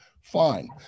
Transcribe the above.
Fine